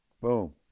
Boom